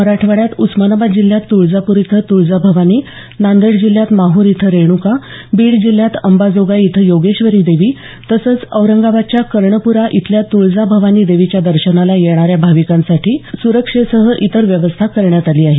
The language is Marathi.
मराठवाड्यात उस्मानाबाद जिल्ह्यात तुळजापूर इथं तुळजाभवानी नांदेड जिल्ह्यात माहूर इथं रेणुका बीड जिल्ह्यात अंबाजोगाई इथं योगेश्वरी देवी तसंच औरंगाबादच्या कर्णपूरा इथल्या तुळजाभवानी देवीच्या दर्शनाला येणाऱ्या भाविकांसाठी सुरक्षेसह इतर व्यवस्था करण्यात आली आहे